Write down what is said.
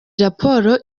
raporo